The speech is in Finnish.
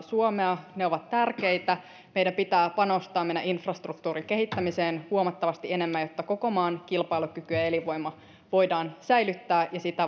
suomea ne ovat tärkeitä meidän pitää panostaa meidän infrastruktuurimme kehittämiseen huomattavasti enemmän jotta koko maan kilpailukyky ja elinvoima voidaan säilyttää ja niitä